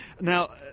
now